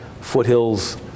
foothills